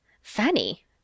Fanny